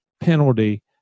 penalty